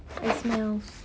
I smells